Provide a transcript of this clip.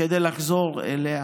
כדי לחזור אליה.